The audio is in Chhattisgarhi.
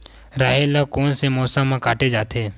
राहेर ल कोन से मौसम म काटे जाथे?